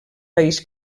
país